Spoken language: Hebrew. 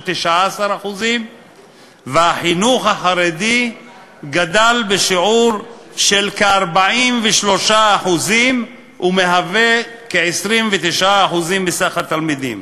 19% והחינוך החרדי גדל בשיעור של כ-43% ומהווה כ-29% מסך התלמידים.